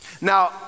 Now